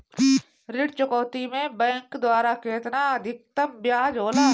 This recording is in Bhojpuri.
ऋण चुकौती में बैंक द्वारा केतना अधीक्तम ब्याज होला?